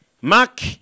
Mark